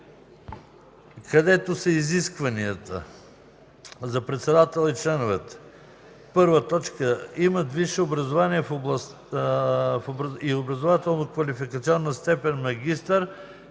където са изискванията за председателя и членовете: „1. имат висше образование и образователно-квалификационна степен „магистър“